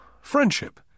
friendship